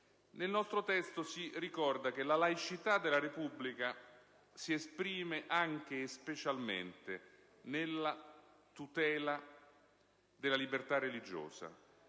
parlamentari, si ricorda che la laicità della Repubblica si esprime anche e specialmente nella tutela della libertà religiosa,